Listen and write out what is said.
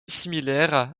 similaire